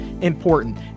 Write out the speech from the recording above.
important